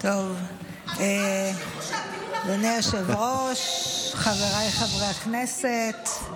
אדוני היושב-ראש, חבריי חברי הכנסת, אל